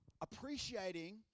appreciating